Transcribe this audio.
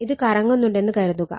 ഇത് കറങ്ങുന്നുണ്ടെന്ന് കരുതുക